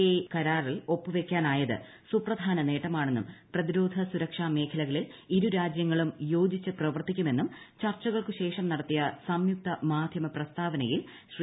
A കരാറിൽ ഒപ്പുവെക്കാനായത് സൂപ്രധാന നേട്ടമാണെന്നും പ്രതിരോധ സുരക്ഷാ മേഖലകളിൽ ഇരുരാജ്യങ്ങളും യോജിച്ചു പ്രവർത്തിക്കുമെന്നും ചർച്ചകൾക്കുശേഷം നടത്തിയ സംയുക്ത മാധ്യമ പ്രസ്താവനയിൽ ശ്രീ